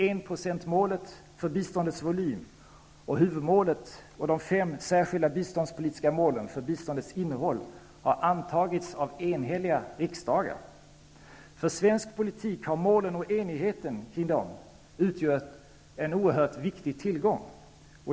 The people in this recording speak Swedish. Enprocentsmålet för biståndets volym samt huvudmålet och de fem särskilda biståndspolitiska målen för biståndets innehåll har antagits av enhälliga riksdagar. För svensk politik har målen och enigheten kring dem utgjort en oerhört viktig tillgång.